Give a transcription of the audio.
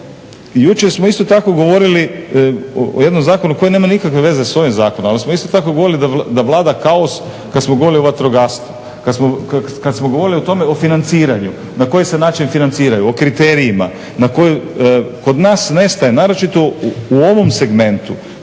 Jučer smo isto tako govorili o jednom zakonu koji nema nikakve veze s ovim zakonom, ali smo isto tako govorili da vlada kaos kada smo govorili o vatrogastvu, kada smo govorili o financiranju, na koji se način financiraju, o kriterijima. Kod nas nestaje naročito u ovom segmentu